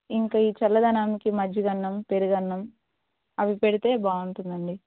ఇంకా ఈ చల్లదనానికి మజ్జిగ అన్నం పెరుగు అన్నం అవి పెడితే బాగుంటుంది అండి